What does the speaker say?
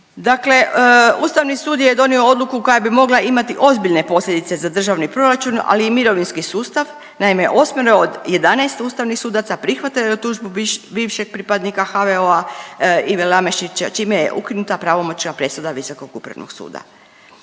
Dakle, Ustavni sud je donio odluku koja bi mogla imati ozbiljne posljedice za Državni proračun, ali i mirovinski sustav. Naime, 8-ero od 11 ustavnih sudaca prihvatilo je tužbu bivšeg pripadnika HVO-a Ive Lamešića, čime je ukinuta pravomoćna presuda Visokog upravnog suda.